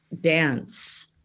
dance